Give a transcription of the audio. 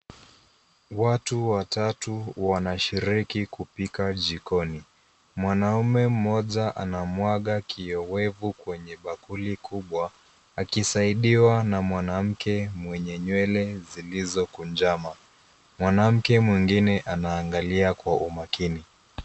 Watu watatu wanashiriki kupika jikoni. Mwanaume mmoja anamwaga kiowevu kwenye bakuli kubwa akisaidiwa na mwanamke mwenye nywele zilizokunjama. Mwanamke mwingine anaangalia kwa umakini.